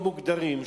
מאוד מוגדרים,